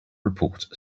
reporters